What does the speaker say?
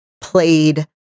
played